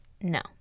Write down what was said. No